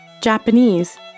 Japanese